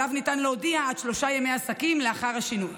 שעליו ניתן להודיע עד שלושה ימי עסקים לאחר השינוי,